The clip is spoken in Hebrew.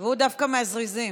הוא דווקא מהזריזים.